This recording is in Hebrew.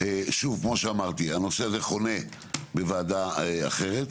שוב כמו שאמרתי הנושא הזה חונה בוועדה אחרת,